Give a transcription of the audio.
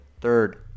Third